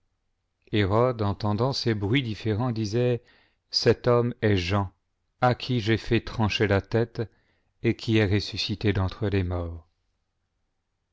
hérode entendant ces bruits différents disait cet homme est jean à qui j'ai fait trancher la tête et qui est ressuscité d'entre les morts